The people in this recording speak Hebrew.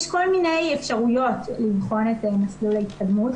יש כל מיני אפשרויות לבחון את זה עם מסלול ההתקדמות.